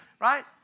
right